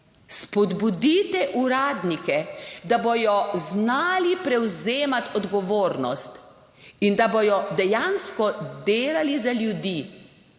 spodbudite uradnike, da bodo znali prevzemati odgovornost in da bodo dejansko delali za ljudi.